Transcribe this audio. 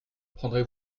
prendrez